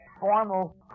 formal